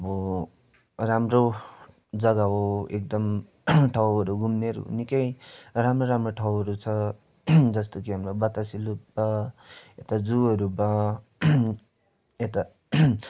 अब राम्रो जगा हो एकदम ठाउँहरू घुम्नेहरू निकै राम्रो राम्रो ठाउँहरू छ जस्तो कि हाम्रो बतासे लुप भयो यता जूहरू भयो यता